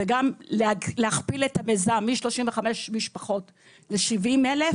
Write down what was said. וגם להכפיל את המיזם מ-35,000 משפחות ל-70,000.